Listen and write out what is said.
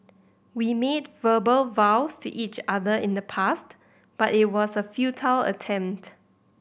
we made verbal vows to each other in the past but it was a futile attempt